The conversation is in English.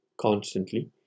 constantly